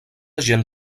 gent